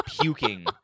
puking